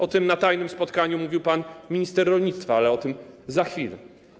O tym na tajnym spotkaniu mówił pan minister rolnictwa, ale o tym za chwilę.